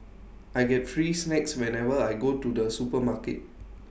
I get free snacks whenever I go to the supermarket